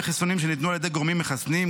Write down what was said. חיסונים שניתנו על ידי גורמים מחסנים.